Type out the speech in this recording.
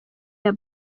aya